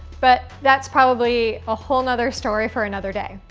but that's probably a whole nother story for another day.